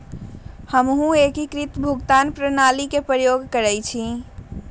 हमहु एकीकृत भुगतान प्रणाली के प्रयोग करइछि